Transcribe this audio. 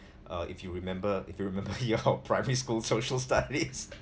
uh if you remember if you remember your primary school social studies